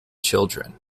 children